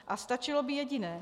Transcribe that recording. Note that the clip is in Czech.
A stačilo by jediné.